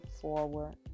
forward